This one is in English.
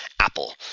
apple